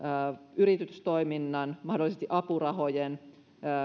yritystoiminnan mahdollisesti apurahojen